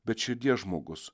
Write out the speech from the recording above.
bet širdies žmogus